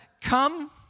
come